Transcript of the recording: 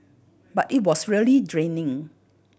but it was really draining